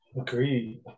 Agreed